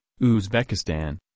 Uzbekistan